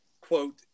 quote